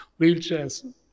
wheelchairs